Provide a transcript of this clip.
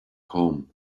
home